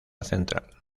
central